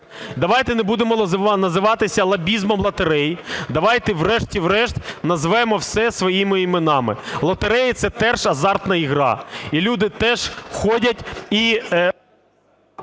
Давайте не будемо займатися лобізмом лотерей. Давайте, врешті-решт, назвемо все своїми іменами. Лотереї – це теж азартна гра і люди теж ходять…